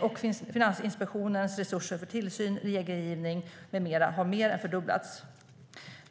och Finansinspektionens resurser för tillsyn, regelgivning med mera har mer än fördubblats.